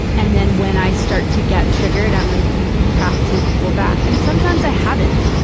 and then when i start to get triggered, i'm like, you you have to pull back. and sometimes i haven't.